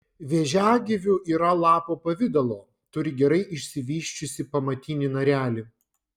vėžiagyvių yra lapo pavidalo turi gerai išsivysčiusį pamatinį narelį